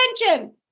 attention